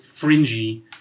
fringy